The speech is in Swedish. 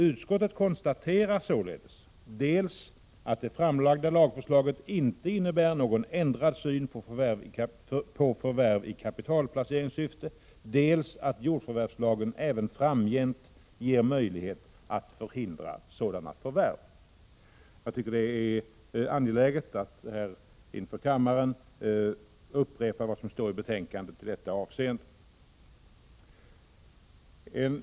Utskottet konstaterar således dels att det framlagda lagförslaget inte innebär någon ändrad syn på förvärv i kapitalplaceringssyfte, dels att jordförvärvslagen även framgent ger möjlighet att förhindra sådana förvärv.” Jag tycker det är angeläget att inför kammaren upprepa vad som står i betänkandet i detta avseende.